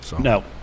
No